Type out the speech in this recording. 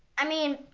i mean,